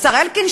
השר אלקין,